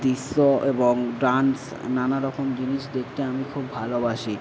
দৃশ্য এবং ডান্স নানা রকম জিনিস দেখতে আমি খুব ভালোবাসি